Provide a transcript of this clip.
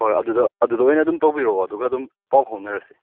ꯍꯣꯏ ꯑꯗꯨꯗꯣ ꯑꯗꯨꯗ ꯑꯣꯏꯅ ꯑꯗꯨꯝ ꯇꯧꯕꯤꯔꯛꯑꯣ ꯑꯗꯨꯒ ꯑꯗꯨꯝ ꯄꯥꯎ ꯐꯥꯎꯅꯔꯁꯦ